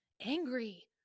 angry